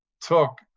took